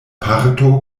parto